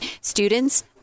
students